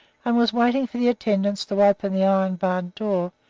and was waiting for the attendants to open the iron-barred door,